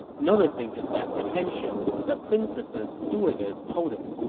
noticing his apprehension, the princess's stewardess told him,